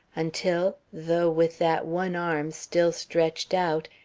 until, though with that one arm still stretched out,